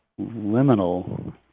liminal